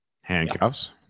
Handcuffs